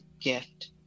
gift